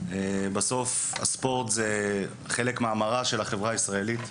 בסוף הספורט הוא חלק מהמראה של החברה הישראלית.